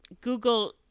Google